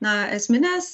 na esminės